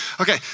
Okay